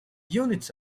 units